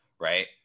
right